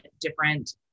different